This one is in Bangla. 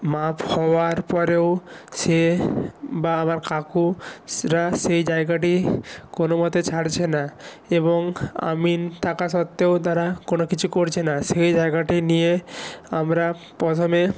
মাপ হওয়ার পরেও সে বা আমার কাকুরা সেই জায়গাটি কোনো মতে ছাড়ছে না এবং আমিন থাকা সত্ত্বেও তারা কোনো কিছু করছে না সেই জায়গাটি নিয়ে আমরা প্রথমে